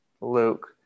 Luke